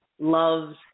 loves